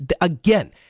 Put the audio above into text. again